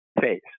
face